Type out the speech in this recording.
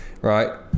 right